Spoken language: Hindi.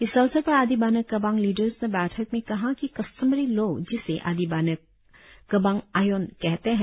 इस अवसर पर आदी बाने केबांग लिडर्स ने बैठक में कहा कि कस्टोमरी लॉ जिसे आदी बाने केबांग आयोन कहते है